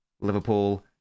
Liverpool